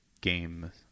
game